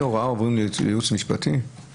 חוק הפיקוח על מצרכים ושירותים,